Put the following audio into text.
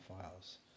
files